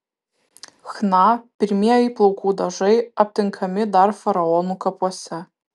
chna pirmieji plaukų dažai aptinkami dar faraonų kapuose